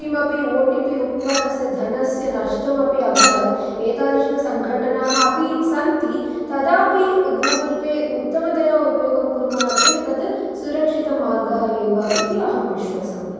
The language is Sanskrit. किमपि ओ टी पी उक्त्वा तस्य धनस्य नष्टमपि अभवत् एतादृशसङ्घटनाः अपि सन्ति तदापि गूगल् पे उत्तमतया उपयोगं कुर्मः चेत् तत् सुरक्षितमार्गः एव इति अहं विश्वसामि